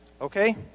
Okay